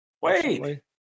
Wait